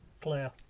player